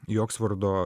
į oksfordo